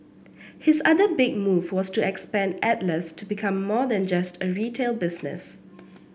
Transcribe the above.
his other big move was to expand Atlas to become more than just a retail business